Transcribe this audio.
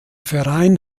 verein